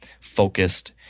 focused